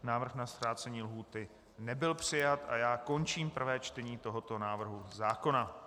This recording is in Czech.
Návrh na zkrácení lhůty nebyl přijat a já končím prvé čtení tohoto návrhu zákona.